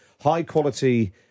high-quality